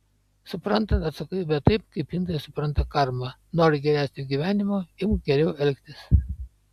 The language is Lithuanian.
suprantant atsakomybę taip kaip indai supranta karmą nori geresnio gyvenimo imk geriau elgtis